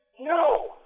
No